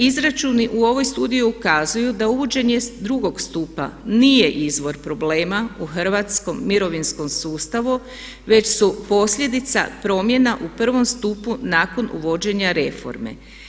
Izračuni u ovoj studiji ukazuju da uvođenje 2. stupa nije izvor problema u hrvatskom mirovinskom sustavu već su posljedica promjena u prvom stupu nakon uvođenja reforme.